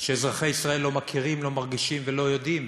שאזרחי ישראל לא מכירים, לא מרגישים ולא יודעים.